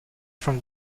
from